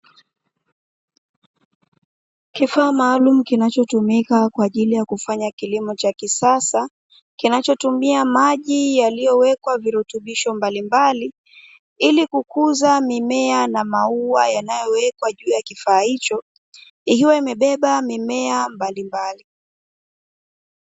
Kifaa maalumu kinachotumika kwa ajili ya kufanya kilimo cha kisasa, kinachotumia maji yaliyowekwa virutubisho mbalimbali, ili kukuza mimea na maua yanayowekwa juu ya kifaa hicho, ikiwa imebeba mimea mbalimbali.